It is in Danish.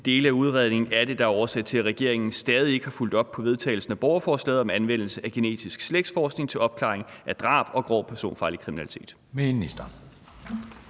dele af udredningen er det, der er årsagen til, at regeringen stadig ikke har fulgt op på vedtagelsen af borgerforslaget om anvendelse af genetisk slægtsforskning til opklaring af drab og grov personfarlig kriminalitet?